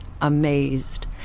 amazed